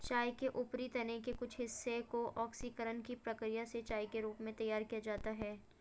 चाय के ऊपरी तने के कुछ हिस्से को ऑक्सीकरण की प्रक्रिया से चाय के रूप में तैयार किया जाता है